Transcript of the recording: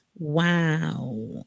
Wow